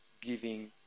giving